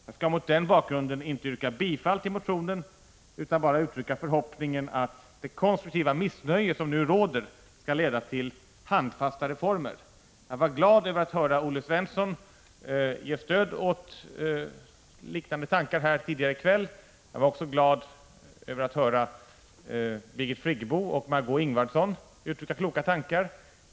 Jag skall mot den bakgrunden inte yrka bifall till motionen utan bara uttrycka förhoppningen att det konstruktiva missnöje som nu råder skall leda till handfasta reformer. Jag var glad över att höra Olle Svensson ge stöd åt liknande tankar tidigare i kväll. Jag var också glad över att höra Birgit Friggebo och Margö Ingvardsson utbyta kloka tankar.